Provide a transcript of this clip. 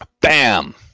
Bam